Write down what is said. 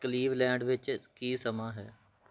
Cleveland ਵਿੱਚ ਕੀ ਸਮਾਂ ਹੈ